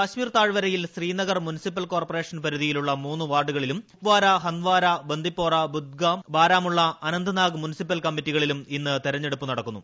കശ്മീർ താഴ്വരയിൽ Srinagar municipal corporation പരിധിയിലുള്ള മൂന്ന് വാർഡുകളിലും കുപ്പാര ഹന്ത്വാര ബന്ദിപോറ ബുദ്ഗാം ബാരമുള്ള അനന്ത്നാഗ് മുൻസിപ്പൽ കമ്മിറ്റികളിലും ഇന്ന് തെരഞ്ഞെടുപ്പ് നടക്കും